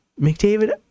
McDavid